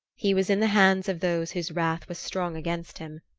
he was in the hands of those whose wrath was strong against him.